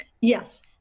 Yes